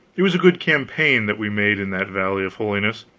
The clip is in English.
it was a good campaign that we made in that valley of holiness,